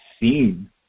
seen